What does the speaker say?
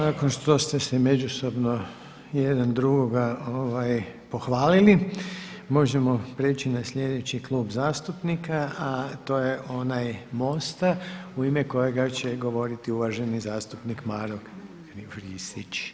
Nakon što ste se međusobno jedan drugoga pohvalili, možemo prijeći na sljedeći klub zastupnika a to je onaj MOST-a u ime kojega će govoriti uvaženi zastupnik Maro Kristić.